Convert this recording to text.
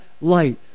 light